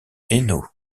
hainaut